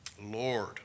Lord